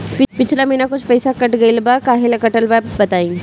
पिछला महीना कुछ पइसा कट गेल बा कहेला कटल बा बताईं?